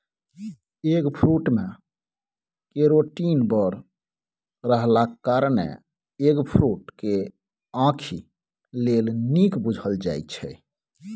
eggfruit मे carotene बड़ रहलाक कारणेँ एगफ्रुट केँ आंखि लेल नीक बुझल जाइ छै